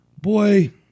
boy